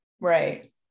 Right